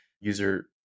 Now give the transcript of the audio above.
user